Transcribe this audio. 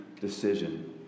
decision